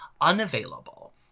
unavailable